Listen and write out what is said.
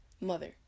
mother